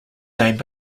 named